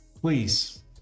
Please